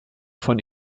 von